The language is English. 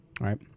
Right